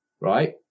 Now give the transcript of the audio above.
right